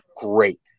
great